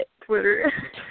Twitter